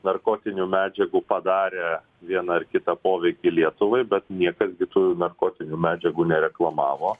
narkotinių medžiagų padarė vieną ar kitą poveikį lietuvai bet niekas gi tų narkotinių medžiagų nereklamavo